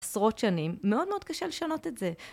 עשרות שנים, מאוד מאוד קשה לשנות את זה.